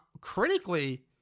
critically